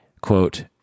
quote